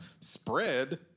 spread